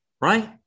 right